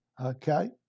okay